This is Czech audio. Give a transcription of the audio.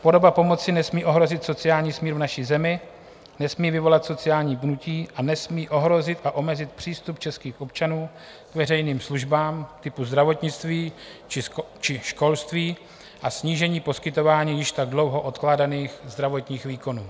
Podoba pomoci nesmí ohrozit sociální smír v naší zemi, nesmí vyvolat sociální pnutí a nesmí ohrozit a omezit přístup českých občanů k veřejným službám typu zdravotnictví či školství a snížení poskytování již tak dlouho odkládaných zdravotních výkonů.